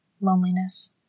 Loneliness